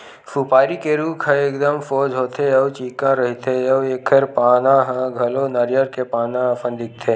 सुपारी के रूख ह एकदम सोझ होथे अउ चिक्कन रहिथे अउ एखर पाना ह घलो नरियर के पाना असन दिखथे